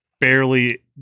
barely